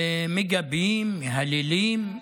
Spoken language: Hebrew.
מגבים, מהללים.